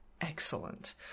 excellent